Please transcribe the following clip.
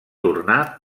tornar